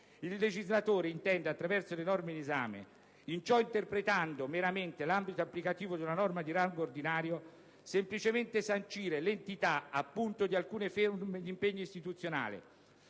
il legislatore intende, attraverso le norme in esame, in ciò interpretando meramente l'ambito applicativo di una norma di rango ordinario, semplicemente sancire l'entità, appunto, di alcune forme di impegno istituzionale,